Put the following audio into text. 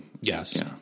Yes